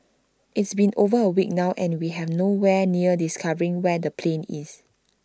it's been over A week now and we have no where near discovering where the plane is